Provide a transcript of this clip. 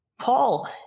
Paul